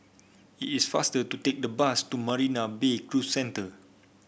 it is faster to take the bus to Marina Bay Cruise Centre